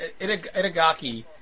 Itagaki